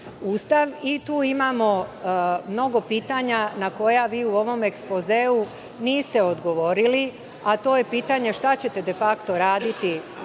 I tu imamo mnogo pitanja na koja vi u ovom ekspozeu niste odgovorili, a to je pitanje – šta ćete de fakto raditi sa